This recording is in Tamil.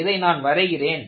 இதை நான் வரைகிறேன்